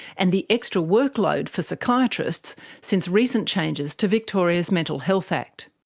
and the extra workload for psychiatrists since recent changes to victoria's mental health act.